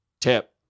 tip